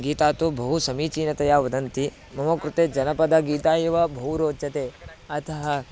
गीता तु बहु समीचीनतया वदन्ति मम कृते जनपदगीता एव बहु रोचते अतः